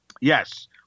Yes